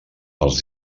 els